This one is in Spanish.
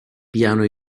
piano